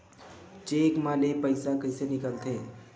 Cheque म ले पईसा कइसे निकलथे?